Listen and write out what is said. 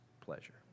pleasure